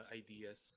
ideas